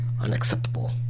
unacceptable